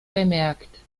bemerkt